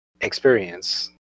experience